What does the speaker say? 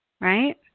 right